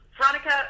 Veronica